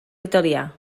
italià